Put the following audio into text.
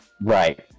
Right